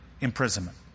imprisonment